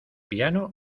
piano